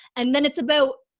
and then it's about,